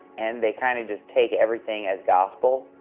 and they kind of just take everything as gospel,